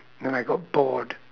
then I got bored